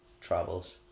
travels